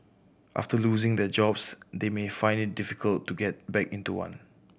after losing their jobs they may find it difficult to get back into one